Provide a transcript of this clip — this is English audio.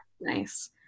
nice